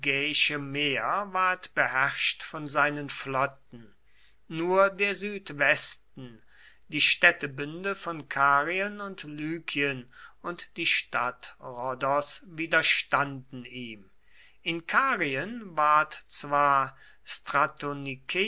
beherrscht von seinen flotten nur der südwesten die städtebünde von karien und lykien und die stadt rhodos widerstanden ihm in karien ward zwar